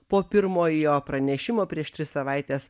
po pirmojo pranešimo prieš tris savaites